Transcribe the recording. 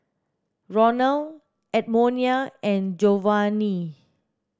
Ronald Edmonia and Jovanni